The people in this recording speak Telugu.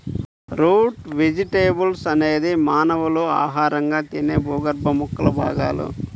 రూట్ వెజిటేబుల్స్ అనేది మానవులు ఆహారంగా తినే భూగర్భ మొక్కల భాగాలు